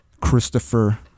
Christopher